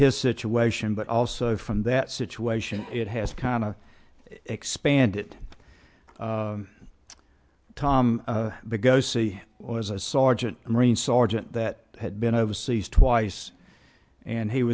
his situation but also from that situation it has kind of expanded tom the go see was a sergeant marine sergeant that had been overseas twice and he